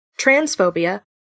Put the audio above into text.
Transphobia